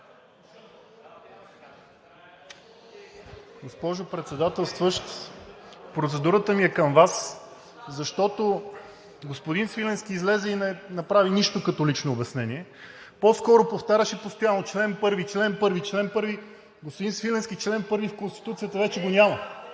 Госпожо Председателстващ, процедурата ми е към Вас, защото господин Свиленски не направи нищо като лично обяснение. По-скоро повтаряше: „Член първи, член първи!“ Господин Свиленски, чл. 1 в Конституцията вече го няма.